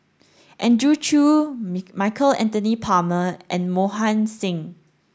Andrew Chew Michael Anthony Palmer and Mohan Singh